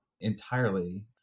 entirely